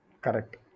Correct